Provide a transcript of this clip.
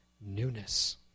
newness